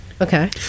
Okay